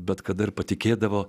bet kada patikėdavo